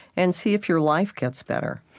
and see if your life gets better?